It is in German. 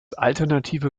alternative